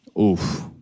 Oof